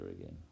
again